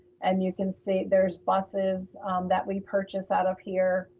and you can see there's buses that we purchase out of here,